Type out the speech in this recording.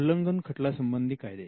उल्लंघन खटला संबंधी कायदे